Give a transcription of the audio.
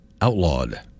outlawed